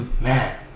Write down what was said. man